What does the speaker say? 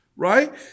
right